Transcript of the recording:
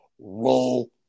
roll